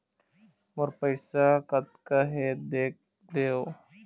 मोर पैसा कतका हे देख देव?